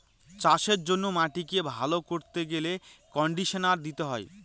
চাষের জন্য মাটিকে ভালো করতে গেলে কন্ডিশনার দিতে হয়